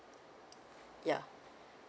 yeah